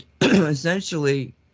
essentially